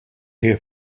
here